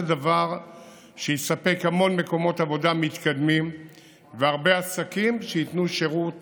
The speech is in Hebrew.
זה דבר שיספק המון מקומות עבודה מתקדמים והרבה עסקים שייתנו שירות